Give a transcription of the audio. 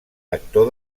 actor